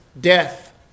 death